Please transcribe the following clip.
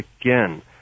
again